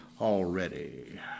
already